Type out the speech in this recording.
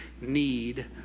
need